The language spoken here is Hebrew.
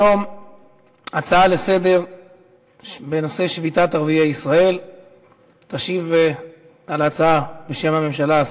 כי הונחה היום על שולחן הכנסת הצעת ועדת הכנסת לתיקון סעיפים 9,